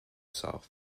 south